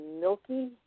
milky